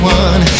one